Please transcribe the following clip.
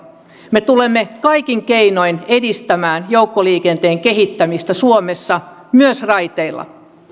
me tulemme kaikin keinoin edistämään joukkoliikenteen kehittämistä suomessa myös raiteilla